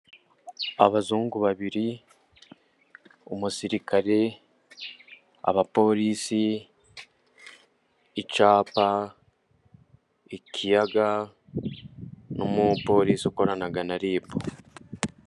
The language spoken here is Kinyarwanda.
Abazungu babiri, umusirikare, abapolisi, icyapa, ikiyaga n'umupolisi ukorana na RIBU.